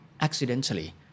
accidentally